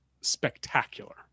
spectacular